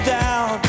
down